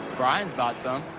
brian's bought some.